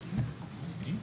בסדר.